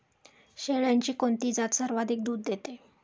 शेळ्यांची कोणती जात सर्वाधिक दूध देते?